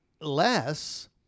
less